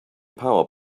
power